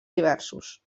diversos